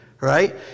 right